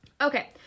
Okay